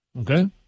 okay